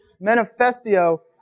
manifesto